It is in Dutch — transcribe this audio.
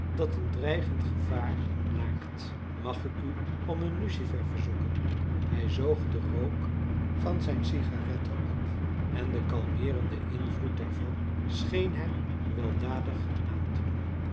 dat een dreigend gevaar naakt mag ik u om een lucifer verzoeken hij zoog den rook van zijn cigarette op en de kalmeerende invloed daarvan scheen hem weldadig aan te doen